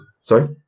Sorry